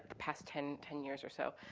past ten ten years or so,